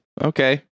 Okay